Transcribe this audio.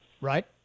Right